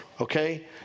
okay